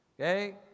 okay